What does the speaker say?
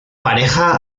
pareja